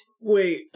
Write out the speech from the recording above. Wait